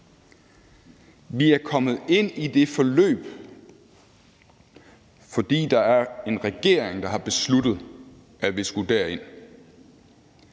Vi er kommet ind i det forløb, fordi der er en regering, der har besluttet, at vi skulle derind.